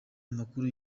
amakuru